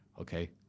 Okay